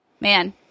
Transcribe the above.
Man